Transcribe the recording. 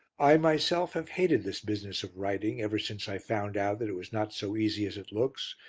i myself have hated this business of writing ever since i found out that it was not so easy as it looks,